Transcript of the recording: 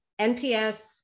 NPS